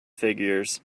figures